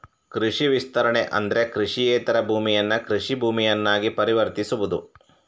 ಕೃಷಿ ವಿಸ್ತರಣೆ ಅಂದ್ರೆ ಕೃಷಿಯೇತರ ಭೂಮಿಯನ್ನ ಕೃಷಿ ಭೂಮಿಯನ್ನಾಗಿ ಪರಿವರ್ತಿಸುವುದು